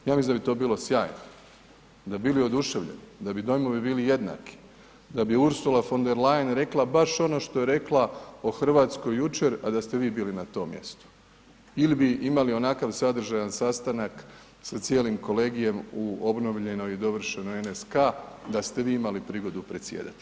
Ja mislim da bi to bilo sjajno, da bi bili oduševljeni, da bi dojmovi bili jednaki, da bi Ursula von der Leyen rekla baš ono što je rekla o Hrvatskoj jučer, a da ste vi bili na tom mjestu ili bi imali onakav sadržajan sastanak sa cijelim kolegijem u obnovljenoj i dovršenoj NSK-a da ste vi imali prigodu predsjedati.